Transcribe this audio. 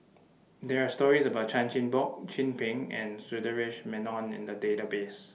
There Are stories about Chan Chin Bock Chin Peng and Sundaresh Menon in The Database